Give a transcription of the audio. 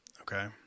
Okay